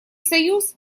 союз